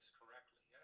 correctly